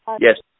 Yes